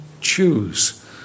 choose